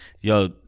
yo